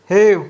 Hey